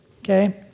Okay